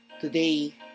Today